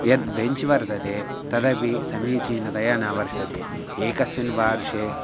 यद् बेञ्च् वर्तते तदपि समीचीनतया न वर्तते एकस्मिन् वर्षे